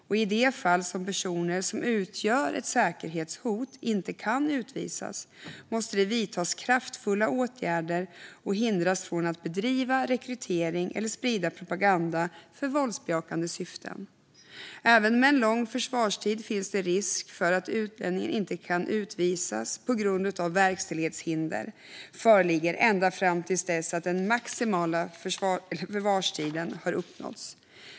Och i de fall då personer som utgör ett säkerhetshot inte kan utvisas måste det vidtas kraftfulla åtgärder, och de måste hindras från att bedriva rekrytering eller sprida propaganda för våldsbejakande syften. Även med en lång förvarstid finns det risk för att utlänningen inte kan utvisas på grund av att verkställighetshinder föreligger ända fram till dess att den maximala förvarstiden har uppnåtts.